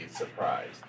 Surprised